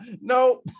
No